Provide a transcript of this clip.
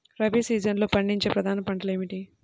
రబీ సీజన్లో పండించే ప్రధాన పంటలు ఏమిటీ?